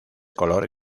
color